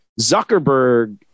Zuckerberg